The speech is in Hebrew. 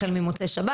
החל ממוצאי שבת.